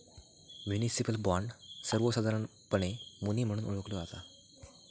municipal bond, सर्वोसधारणपणे muni म्हणून ओळखला जाता